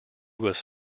was